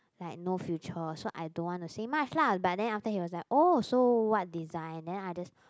like no future so I don't want to say much lah but then after that he was like oh so what design then I just